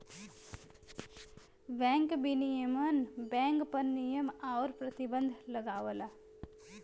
bank विनियमन bank पर नियम आउर प्रतिबंध लगावला